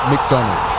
McDonald